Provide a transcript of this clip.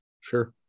Sure